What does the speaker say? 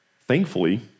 Thankfully